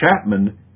Chapman